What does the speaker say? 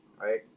right